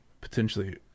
potentially